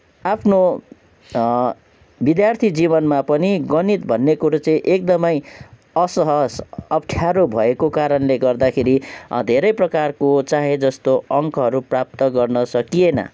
आफ्नो विद्यार्थी जीवनमा पनि गणित भन्ने कुरो चाहिँ एकदमै असहज अप्ठ्यारो भएको कारणले गर्दाखेरि धेरै प्रकारको चाहेजस्तो अङ्कहरू प्राप्त गर्न सकिएन